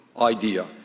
idea